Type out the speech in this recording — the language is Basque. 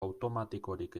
automatikorik